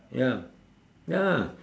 ya ya